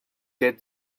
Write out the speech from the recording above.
get